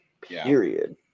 period